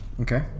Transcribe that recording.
Okay